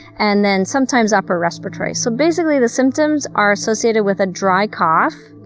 and then sometimes upper respiratory. so basically, the symptoms are associated with a dry cough